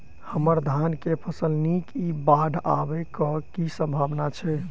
हम्मर धान केँ फसल नीक इ बाढ़ आबै कऽ की सम्भावना छै?